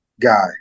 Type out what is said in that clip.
guy